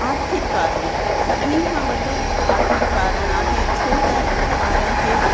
आर्थिक कारणि सभिनी खां वॾो आर्थिक कारणि आहे छो त ॿारनि खे